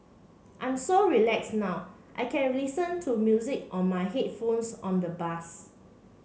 I'm so relax now I can listen to music on my headphones on the bus